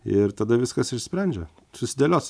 ir tada viskas išsisprendžia susidėlios